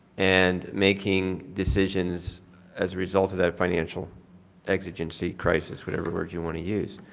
and making decisions as a result of that financial exigency crisis whatever word you want to use.